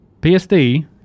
PSD